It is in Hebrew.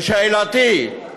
ושאלתי, למשל,